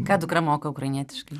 ką dukra moka ukrainietiškai